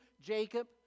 Jacob